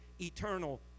eternal